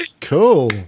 cool